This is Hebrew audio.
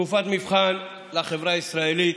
תקופת מבחן לחברה הישראלית,